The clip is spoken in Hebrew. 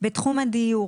בתחום הדיור,